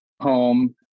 home